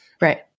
Right